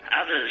Others